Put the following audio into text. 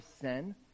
sin